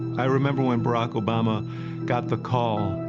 i remember when barack obama got the call, ah,